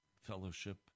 fellowship